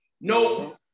Nope